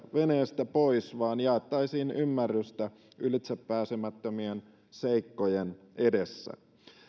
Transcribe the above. veneestä pois vaan jaettaisiin ymmärrystä ylitsepääsemättömien seikkojen edessä